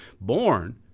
born